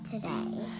today